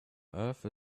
earth